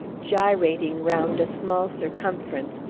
gyrating round a small circumference,